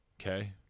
Okay